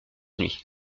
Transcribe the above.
nuit